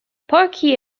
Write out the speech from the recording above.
porky